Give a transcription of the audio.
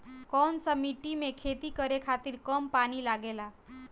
कौन सा मिट्टी में खेती करे खातिर कम पानी लागेला?